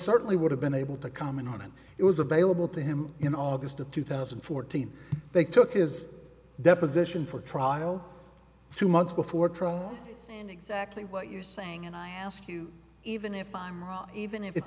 certainly would have been able to come in on it was available to him in august of two thousand and fourteen they took his deposition for trial two months before trial and exactly what you're saying and i ask you even if